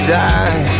die